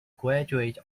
graduate